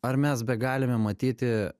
ar mes begalime matyti